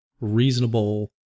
reasonable